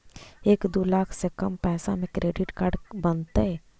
एक दू लाख से कम पैसा में क्रेडिट कार्ड बनतैय?